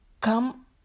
Come